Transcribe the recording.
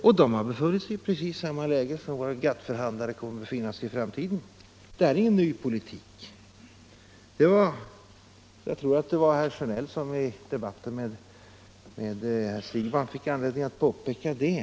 Och de har befunnit sig i precis samma läge som våra GATT-förhandlare kommer att vara i framtiden. Detta är ingen ny politik. Jag tror att det var herr Sjönell som i debatten med herr Siegbahn hade anledning att påpeka det.